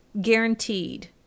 guaranteed